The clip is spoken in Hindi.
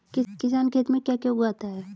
किसान खेत में क्या क्या उगाता है?